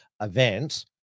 event